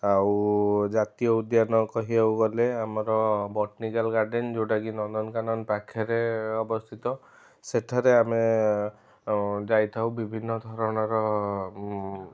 ଆଉ ଜାତୀୟ ଉଦ୍ୟାନ କହିବାକୁ ଗଲେ ଆମର ବଟନିକାଲ ଗାର୍ଡ଼େନ ଯେଉଁଟାକି ନନ୍ଦନକାନନ ପାଖରେ ଅବସ୍ଥିତ ସେଠାରେ ଆମେ ଯାଇଥାଉ ବିଭିନ୍ନ ଧରଣର